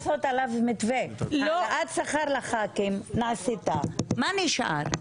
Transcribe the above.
עד השכר לחברי הכנסת, מה עשית ומה נשאר.